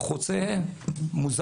ואני רוצה לעשות הבדלה.